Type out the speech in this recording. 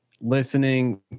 listening